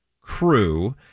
crew